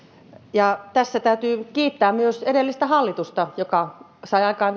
ja tässä täytyy kiittää myös edellistä hallitusta joka sai aikaan